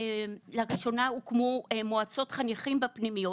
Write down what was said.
לראשונה הוקמו מועצת חניכים בפנימיות,